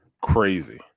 Crazy